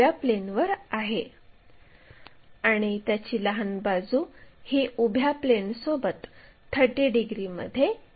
तर p ते r1 हे आपल्याला 94 मिमी इतके मिळेल तर ते काढू